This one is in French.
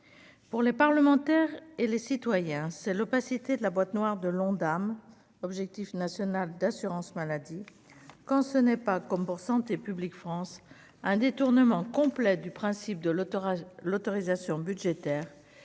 pour les parlementaires et les citoyens, c'est l'opacité de la boîte noire de l'Ondam objectif national d'assurance-maladie, quand ce n'est pas comme pour Santé publique France un détournement complet du principe de l'autoradio l'autorisation budgétaire